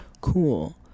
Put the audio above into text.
cool